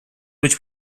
być